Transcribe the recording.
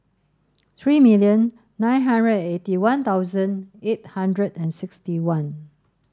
three million nine hundred and eighty one thousand eight hundred and sixty one